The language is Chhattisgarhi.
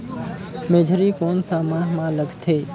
मेझरी कोन सा माह मां लगथे